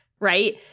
Right